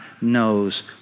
knows